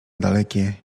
dalekie